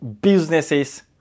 businesses